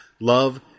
Love